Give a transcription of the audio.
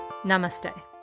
Namaste